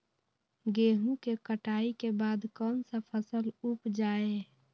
गेंहू के कटाई के बाद कौन सा फसल उप जाए?